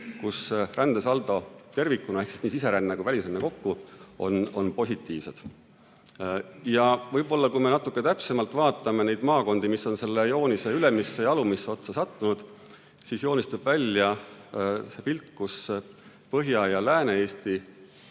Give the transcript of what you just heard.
kus rändesaldo tervikuna, st nii siseränne kui ka välisränne kokku, on positiivne. Võib-olla, kui me natuke täpsemalt vaatame neid maakondi, mis on selle joonise ülemisse ja alumisse otsa sattunud, siis joonistub välja pilt, kus Põhja- ja Lääne-Eesti